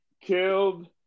Killed